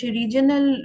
regional